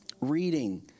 Reading